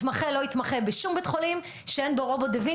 מתמחה לא יתמחה בשום בית חולים שאין בו רובוט דה וינצ'י,